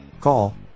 call